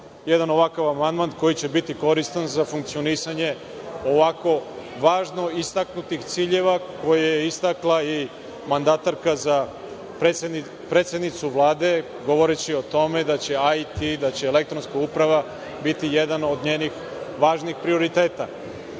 jedan ovakav amandman koji će biti koristan za funkcionisanje ovako važno istaknutih ciljeva koje je istakla i mandatarka za predsednicu Vlade, govoreći o tome da će IT, da će elektronska uprava biti jedan od njenih važnih prioriteta. Zaista